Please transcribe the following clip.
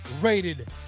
Rated